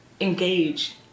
engage